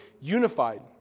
unified